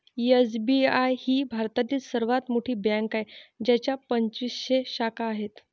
SBI ही भारतातील सर्वात मोठी बँक आहे ज्याच्या पंचवीसशे शाखा आहेत